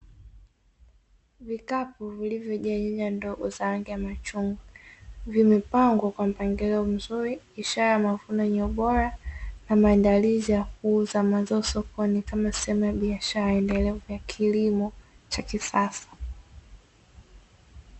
vikapu vilivyojaa nyanya ndogo za rangi ya machungwa, vimepangwa kwa mpangilio mzuri, ishara ya mavuno yenye ubora na maandalizi ya kuuza mazao sokoni kama sehemu ya biashara endelevu ya kilimo cha kisasa.